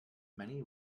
many